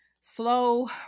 slow